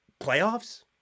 playoffs